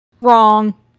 Wrong